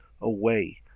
away